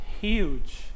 huge